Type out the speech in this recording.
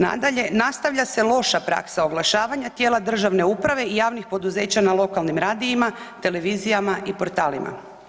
Nadalje, nastavlja se loša praksa oglašavanja tijela državne uprave i javnih poduzeća na lokalnim radijima, televizijama i portalima.